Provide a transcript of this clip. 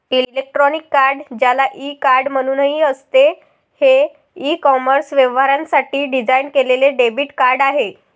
electronic card, ज्याला e card म्हणूनही असते, हे ई कॉमर्स व्यवहारांसाठी डिझाइन केलेले डेबिट कार्ड आहे